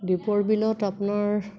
দীপৰ বিলত আপোনাৰ